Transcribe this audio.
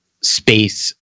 space